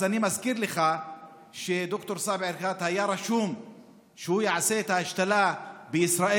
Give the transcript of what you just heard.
אז אני מזכיר לך שד"ר סאיב עריקאת היה רשום שהוא יעשה את ההשתלה בישראל,